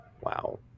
Wow